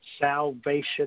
salvation